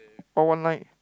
all one line